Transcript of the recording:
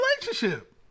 relationship